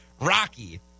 rocky